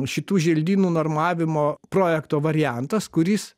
šitų želdynų normavimo projekto variantas kuris